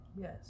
Yes